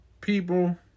People